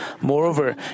Moreover